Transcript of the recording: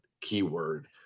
keyword